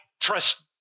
trust